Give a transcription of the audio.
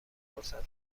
پرسد